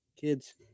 kids